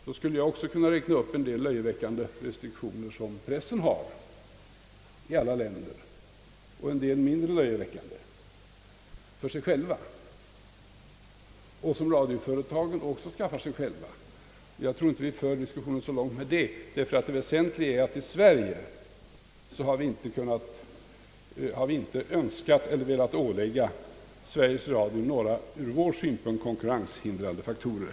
Jag skulle också kunna räkna upp en del löjeväckande restriktioner som pressen uppställt för sin egen del — så är det i alla länder — och en del mindre löjeväckande. Detsamma är förhållandet med radioföretagen. Jag tror inte vi kommer så långt med en diskussion på den punkten. Det väsentliga är att vi i Sverige inte har velat ålägga Sveriges Radio några ur vår synpunkt konkurrenshindrande faktorer.